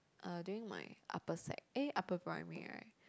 uh during my upper sec eh upper primary right